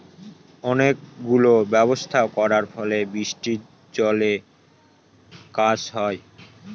অনেক গুলো ব্যবস্থা করার ফলে বৃষ্টির জলে কাজ হয়